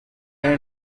cae